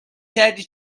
کردی